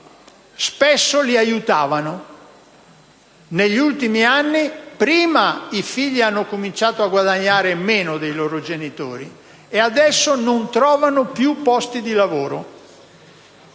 spesso li aiutavano. Negli ultimi anni, prima i figli hanno cominciato a guadagnare meno dei loro genitori e, adesso, non trovano più posti di lavoro.